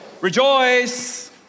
Rejoice